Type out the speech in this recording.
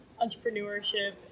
entrepreneurship